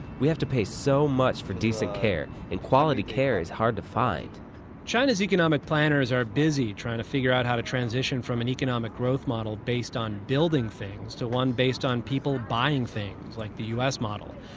we have to pay so much for decent health care, and quality care is hard to find china's economic planners are busy trying to figure out how to transition from an economic growth model based on building things to one based on people buying things, like the us model.